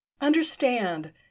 Understand